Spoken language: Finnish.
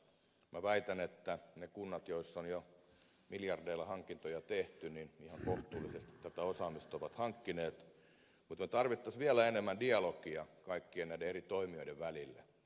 minä väitän että ne kunnat joissa on jo miljardeilla hankintoja tehty ihan kohtuullisesti tätä osaamista ovat hankkineet mutta me tarvitsisimme vielä enemmän dialogia kaikkien näiden eri toimijoiden välillä